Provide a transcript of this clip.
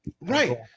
right